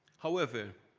however,